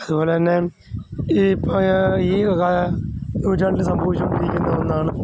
അതുപോലെ തന്നെ ഈ ഈ നൂറ്റാണ്ടിൽ സംഭവിച്ചു കൊണ്ടിരിക്കുന്ന ഒന്നാണ്